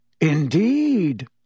Indeed